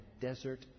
desert